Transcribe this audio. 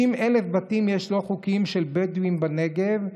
יש 50,000 בתים לא חוקיים של בדואים בנגב.